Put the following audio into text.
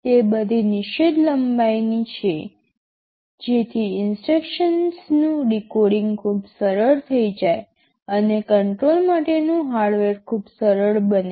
તે બધી નિશ્ચિત લંબાઈની છે જેથી ઇન્સટ્રક્શનનું ડીકોડિંગ ખૂબ સરળ થઈ જાય અને કંટ્રોલ માટેનું હાર્ડવેર ખૂબ સરળ બને